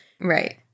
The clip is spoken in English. Right